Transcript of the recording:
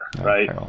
right